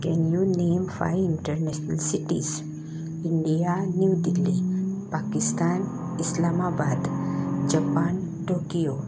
can you name five international cities India New Delhi Pakistan Islamabad Japan Tokyo